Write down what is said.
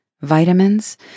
Vitamins